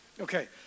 Okay